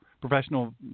professional